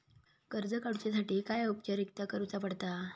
कर्ज काडुच्यासाठी काय औपचारिकता करुचा पडता?